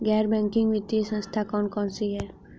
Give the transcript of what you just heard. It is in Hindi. गैर बैंकिंग वित्तीय संस्था कौन कौन सी हैं?